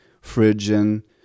phrygian